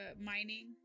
mining